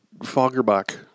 Foggerbach